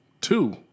Two